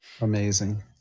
amazing